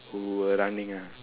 who were running ah